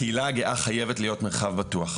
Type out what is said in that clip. הקהילה הגאה חייבת להיות מרחב בטוח.